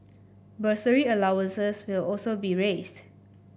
bursary allowances will also be raised